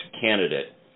candidate